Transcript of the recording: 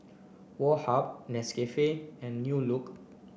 Woh Hup Nescafe and New Look